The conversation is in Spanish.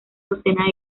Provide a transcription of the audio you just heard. docena